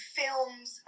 films